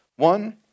One